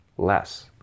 Less